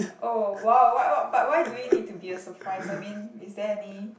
oh wow what what but why do we need to be a surprise I mean is there any